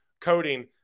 coding